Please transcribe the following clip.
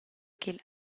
ch’el